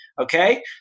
okay